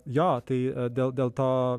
jo tai dėl dėl to